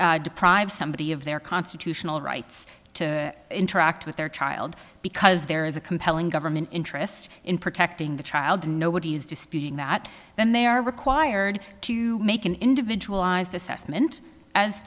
deprive somebody of their constitutional rights to interact with their child because there is a compelling government interest in protecting the child nobody is disputing that then they are required to make an individualized assessment as